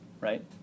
right